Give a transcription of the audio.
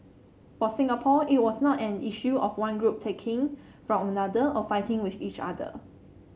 for Singapore it was not an issue of one group taking from another or fighting with each other